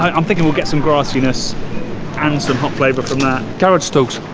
um i'm thinking we'll get some grassiness and some hot flavor from that garage stoked